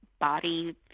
body